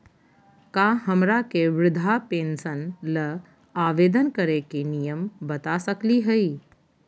का हमरा के वृद्धा पेंसन ल आवेदन करे के नियम बता सकली हई?